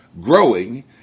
growing